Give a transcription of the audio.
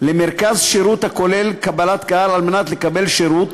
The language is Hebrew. למרכז שירות הכולל קבלת קהל על מנת לקבל שירות,